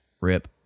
Rip